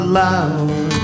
loud